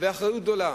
ולאחריות גדולה.